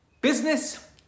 business